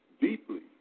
deeply